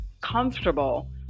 comfortable